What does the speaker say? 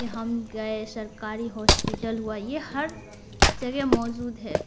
کہ ہم گئے سرکاری ہاسپیٹل ہوا یہ ہر جگہ موجود ہے